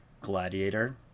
Gladiator